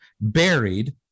buried